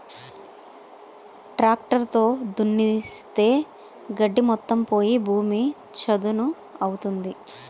tractor తో దున్నిస్తే గడ్డి మొత్తం పోయి భూమి చదును అవుతుంది